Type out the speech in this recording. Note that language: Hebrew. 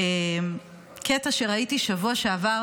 בקטע שראיתי בשבוע שעבר